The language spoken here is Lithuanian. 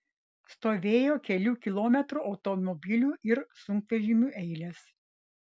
stovėjo kelių kilometrų automobilių ir sunkvežimių eilės